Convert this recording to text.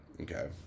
okay